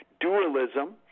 dualism